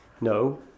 no